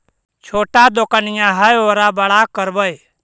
छोटा दोकनिया है ओरा बड़ा करवै?